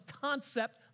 concept